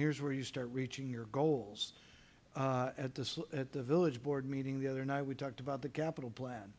here's where you start reaching your goals at the at the village board meeting the other night we talked about the capital plan